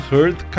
Heard